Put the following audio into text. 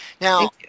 Now